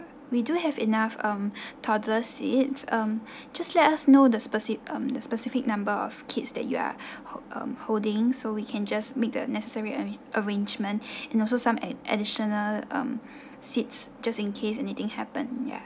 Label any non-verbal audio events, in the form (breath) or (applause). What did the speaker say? we do have enough um (breath) toddler seats um (breath) just let us know the speci~ um the specific number of kids that you are (breath) hold um holding so we can just make the necessary arrange arrangements (breath) and also some add additional um seats just in case anything happen ya